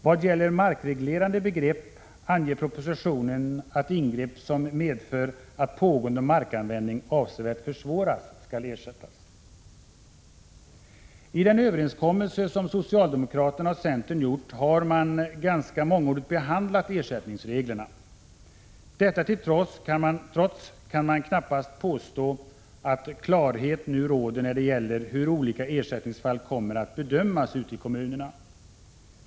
Vad gäller markreglerande begrepp anges det i propositionen att ingrepp som medför att pågående markanvändning avsevärt försvåras skall ersättas. I den överenskommelse som socialdemokraterna och centern har träffat har man ganska mångordigt behandlat ersättningsreglerna. Detta till trots kan man knappast påstå att klarhet nu råder när det gäller hur olika ersättningsfall kommer att bedömas ute i kommunerna.